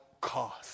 cost